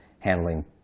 handling